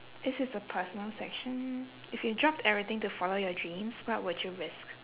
this is a personal section if you dropped everything to follow your dreams what will you risk